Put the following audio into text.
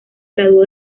graduó